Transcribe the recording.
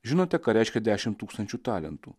žinote ką reiškia dešim tūkstančių talentų